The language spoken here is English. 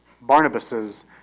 Barnabas's